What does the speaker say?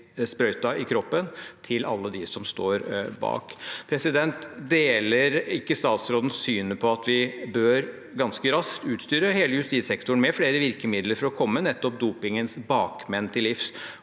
sprøyta i kroppen, til alle dem som står bak. Deler ikke statsråden det synet at vi ganske raskt bør utstyre hele justissektoren med flere virkemidler for å komme nettopp dopingens bakmenn til livs?